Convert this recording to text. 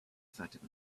fatima